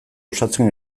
osatzen